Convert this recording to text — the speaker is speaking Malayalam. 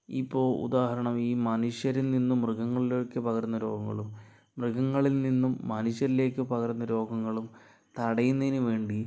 ഇപ്പോൾ ഉദാഹരണം ഈ മനുഷ്യരിൽ നിന്നും മൃഗങ്ങളിലേക്കു പകരുന്ന രോഗങ്ങളും മൃഗങ്ങളിൽ നിന്നും മനുഷ്യരിലേക്ക് രോഗങ്ങളും തടയുന്നതിന് വേണ്ടി